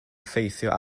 effeithio